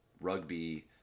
rugby